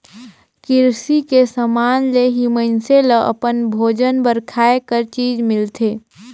किरसी के समान ले ही मइनसे ल अपन भोजन बर खाए कर चीज मिलथे